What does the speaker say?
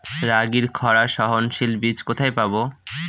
রাগির খরা সহনশীল বীজ কোথায় পাবো?